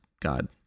God